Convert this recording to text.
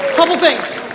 couple things.